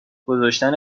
گذاشتن